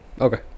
Okay